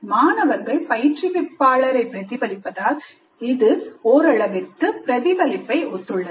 மாணவர்கள் பயிற்றுவிப்பாளர் பிரதிபலிப்பதால் இது ஓரளவிற்கு பிரதிபலிப்பை ஒத்துள்ளது